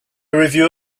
review